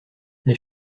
les